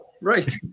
Right